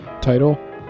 title